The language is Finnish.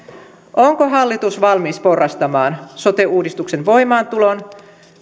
onko hallitus valmis porrastamaan sote uudistuksen voimaantulon